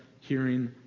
hearing